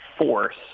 Force